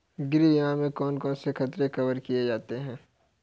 गृह बीमा में कौन कौन से खतरे कवर किए जाते हैं?